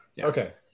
Okay